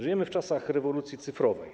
Żyjemy w czasach rewolucji cyfrowej.